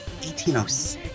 1806